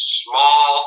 small